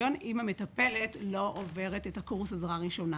הרישיון אם המטפלת לא עוברת קורס עזרה ראשונה.